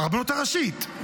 הרבנות הראשית,